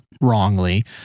wrongly